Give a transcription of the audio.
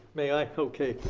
may i? okay.